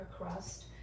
crust